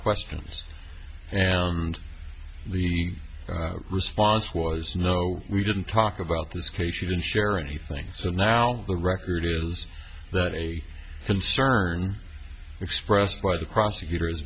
questions and the response was no we didn't talk about this case she didn't share anything so now the record is that a concern expressed by the prosecutor